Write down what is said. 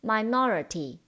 Minority